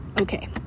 okay